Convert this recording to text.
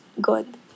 good